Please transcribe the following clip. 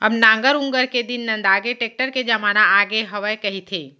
अब नांगर ऊंगर के दिन नंदागे, टेक्टर के जमाना आगे हवय कहिथें